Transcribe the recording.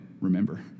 remember